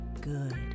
good